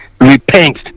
repent